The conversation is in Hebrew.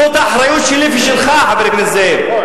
זאת האחריות שלי ושלך, חבר הכנסת זאב.